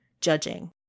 judging